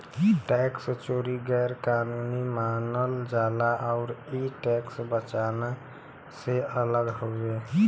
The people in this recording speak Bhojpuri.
टैक्स चोरी गैर कानूनी मानल जाला आउर इ टैक्स बचाना से अलग हउवे